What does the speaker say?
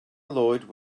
lloyd